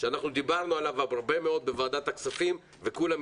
אנחנו דיברנו עליו הרבה מאוד בוועדת הכספים וכולם